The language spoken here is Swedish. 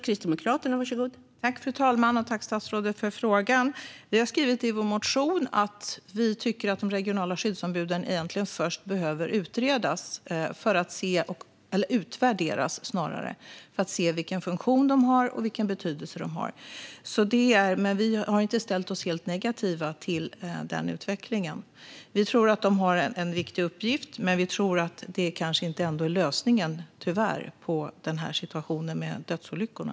Fru talman! Tack, statsrådet, för frågan! Vi har skrivit i vår motion att vi tycker att de regionala skyddsombuden egentligen först behöver utvärderas för att se vilken funktion de har och vilken betydelse de har. Men vi har inte ställt oss helt negativa till den utvecklingen. Vi tror att de har en viktig uppgift. Men det kanske inte ändå är lösningen, tyvärr, på situationen med dödsolyckorna.